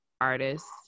artists